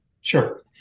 Sure